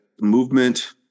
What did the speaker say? movement